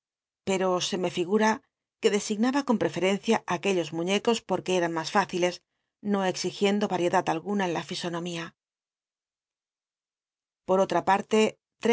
pero se me figura que designaba con wefcrcncia ulu llos muiict os porque eran mas rücilcs no exigiendo aiedatl alguna en la fisonomía por otra parte